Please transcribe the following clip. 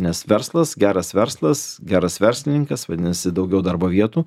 nes verslas geras verslas geras verslininkas vadinasi daugiau darbo vietų